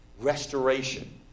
restoration